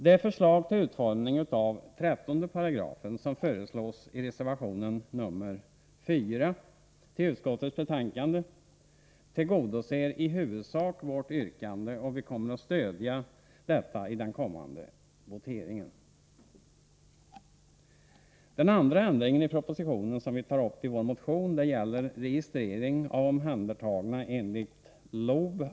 Den utformning av 13 § som föreslås i reservation nr 4 till utskottets betänkande tillgodoser i huvudsak vårt yrkande, och vi kommer att stödja detta förslag i den kommande voteringen. Den andra ändring i propositionen som vi tar upp i vår motion gäller registrering av omhändertagna enligt LOB.